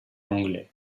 anglais